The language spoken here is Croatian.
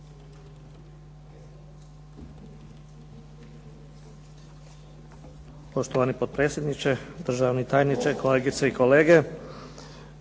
Poštovani potpredsjedniče, državni tajniče, kolege. Budući